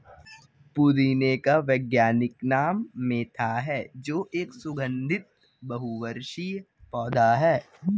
पुदीने का वैज्ञानिक नाम मेंथा है जो एक सुगन्धित बहुवर्षीय पौधा है